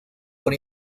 por